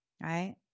right